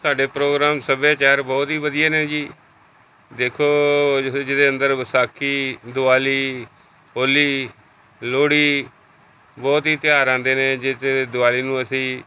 ਸਾਡੇ ਪ੍ਰੋਗਰਾਮ ਸੱਭਿਆਚਾਰ ਬਹੁਤ ਹੀ ਵਧੀਆ ਨੇ ਜੀ ਦੇਖੋ ਜੋ ਜਿਹਦੇ ਅੰਦਰ ਵਿਸਾਖੀ ਦਿਵਾਲੀ ਹੋਲੀ ਲੋਹੜੀ ਬਹੁਤ ਹੀ ਤਿਉਹਾਰ ਆਉਂਦੇ ਨੇ ਜਿਸ ਦੇ ਵਿੱਚ ਦਿਵਾਲੀ ਨੂੰ ਅਸੀਂ